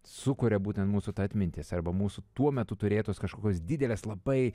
sukuria būtent mūsų ta atmintis arba mūsų tuo metu turėtos kažkokios didelės labai